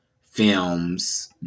films